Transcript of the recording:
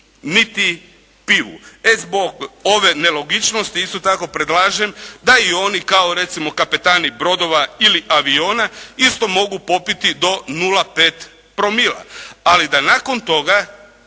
niti pivu. E zbog ove nelogičnosti isto tako predlažem da i oni, kao recimo kapetani brodova ili aviona isto mogu popiti do 0,5 promila, ali da nakon toga